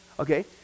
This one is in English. Okay